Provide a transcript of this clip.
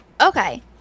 Okay